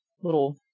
little